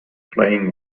playing